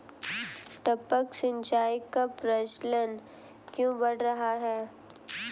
टपक सिंचाई का प्रचलन क्यों बढ़ रहा है?